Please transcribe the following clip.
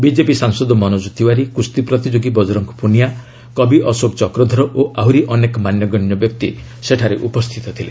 BJP ସାଂସଦ ମନୋଜ ତିୱାରୀ କୁସ୍ତି ପ୍ରତିଯୋଗୀ ବଜରଙ୍ଗ ପୁନିଆ କବି ଅଶୋକ ଚକ୍ରଧର ଓ ଆହୁରି ଅନେକ ମାନ୍ୟଗଣ୍ୟ ବ୍ୟକ୍ତି ସେଠାରେ ଉପସ୍ଥିତ ଥିଲେ